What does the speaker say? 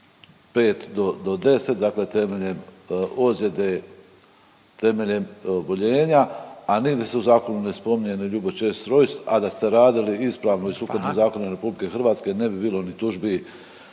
5 do 10 dakle temeljem ozljede, temeljem oboljenja, a nigdje se u zakonu ne spominje ni Ljubo Ćesić Rojs, a da ste radili ispravno i sukladno zakonu RH …/Upadica Radin: Hvala./… ne bi bilo ni tužbi.